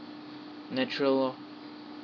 natural loh